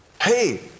Hey